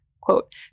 quote